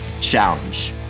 challenge